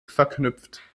verknüpft